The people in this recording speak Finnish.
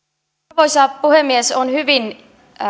arvoisa puhemies olen hyvin